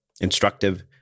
instructive